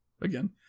again